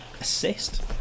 assist